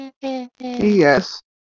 Yes